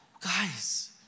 guys